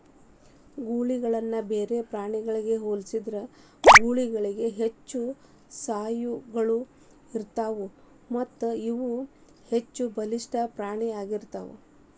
ಗೂಳಿಗಳನ್ನ ಬೇರೆ ಪ್ರಾಣಿಗ ಹೋಲಿಸಿದ್ರ ಗೂಳಿಗಳಿಗ ಹೆಚ್ಚು ಸ್ನಾಯುಗಳು ಇರತ್ತಾವು ಮತ್ತಇವು ಹೆಚ್ಚಬಲಿಷ್ಠ ಪ್ರಾಣಿ ಆಗಿರ್ತಾವ